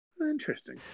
interesting